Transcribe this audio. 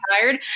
tired